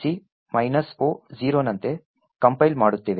c O0 ನಂತೆ compile ಮಾಡುತ್ತೇವೆ